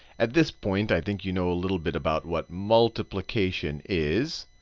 at this point i think you know a little bit about what multiplication is.